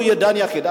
הוא יהיה דן יחיד.